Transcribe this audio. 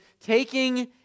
taking